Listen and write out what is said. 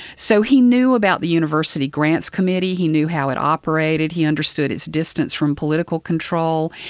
so he knew about the university grants committee, he knew how it operated, he understood its distance from political control.